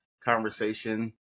conversation